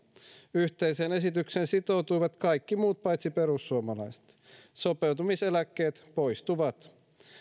yhteiseen esitykseen sitoutuivat kaikki muut paitsi perussuomalaiset sopeutumiseläkkeet poistuvat